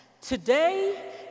Today